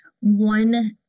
one